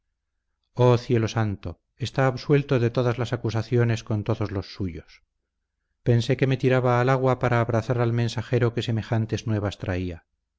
oh cielo santo está absuelto de todas las acusaciones con todos los suyos pensé que me tiraba al agua para abrazar al mensajero que semejantes nuevas traía